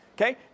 Okay